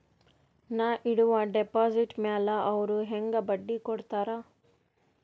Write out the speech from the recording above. ನಾ ಇಡುವ ಡೆಪಾಜಿಟ್ ಮ್ಯಾಲ ಅವ್ರು ಹೆಂಗ ಬಡ್ಡಿ ಕೊಡುತ್ತಾರ?